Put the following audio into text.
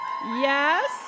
yes